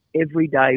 everyday